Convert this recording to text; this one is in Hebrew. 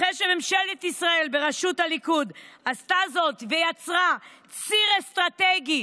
אחרי שממשלת ישראל בראשות הליכוד עשתה זאת ויצרה ציר אסטרטגי